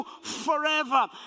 forever